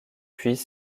puis